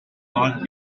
mark